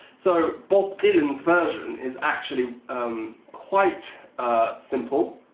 so bob dylan's version is actually quite simple,